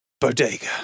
Bodega